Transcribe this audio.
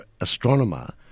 astronomer